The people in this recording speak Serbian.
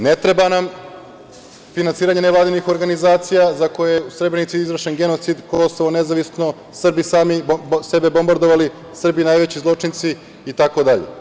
Ne treba nam finansiranje nevladinih organizacija za koje je u Srebrenici izvršen genocid, Kosovo nezavisno, Srbi sami sebe bombardovali, Srbi najveći zločinci itd.